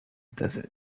desert